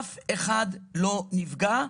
אף אחד לא נפגע,